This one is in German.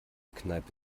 kneipe